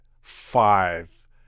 five